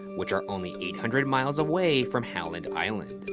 which are only eight hundred miles away from howland island.